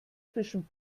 zwischen